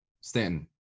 Stanton